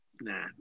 nah